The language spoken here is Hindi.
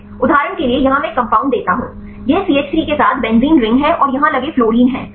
उदाहरण के लिए यहां मैं एक कंपाउंड देता हूं यह CH3 के साथ बेंजीन रिंग है और यहां लगे फ्लोरीन हैं